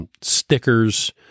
stickers